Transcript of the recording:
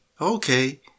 okay